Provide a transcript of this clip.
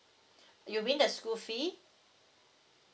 you mean the school fee